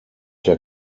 der